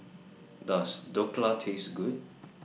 Does Dhokla Taste Good